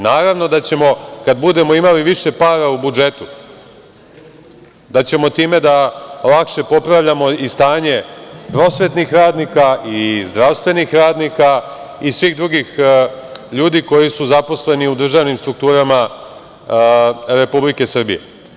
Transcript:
Naravno da ćemo, kada budemo imali više para u budžetu time da lakše popravljamo i stanje prosvetnih radnika i zdravstvenih radnika i svih drugih ljudi koji su zaposleni u državnim strukturama Republike Srbije.